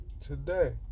today